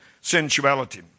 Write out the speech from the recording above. sensuality